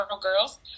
girls